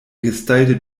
gestylte